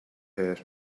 here